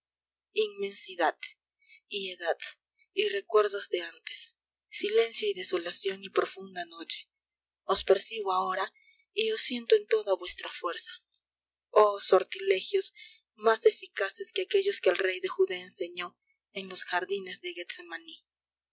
inmensidad y edad y recuerdos de antes silencio y desolación y profunda noche os percibo ahora y os siento en toda vuestra fuerza oh sortilegios más eficaces que aquellos que el rey de judea enseñó en los jardines de